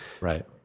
Right